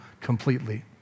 completely